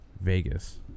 Vegas